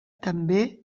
també